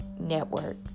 network